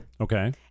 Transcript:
Okay